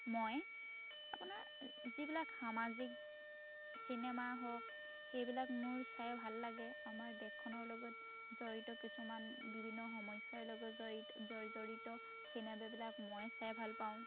মই আপোনাৰ যিবিলাক সামাজিক চিনেমা হওক সেইবিলাক মোৰ চাই ভাল লাগে আমাৰ দেশখনৰ লগত জড়িত কিছুমান বিভিন্ন সমস্যাৰ লগত জড়িত জড়িত চিনেমাবিলাক মই চাই ভালপাওঁ